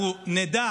אנחנו נדע